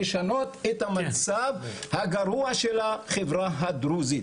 לשנות את המצב הגרוע של החברה הדרוזית.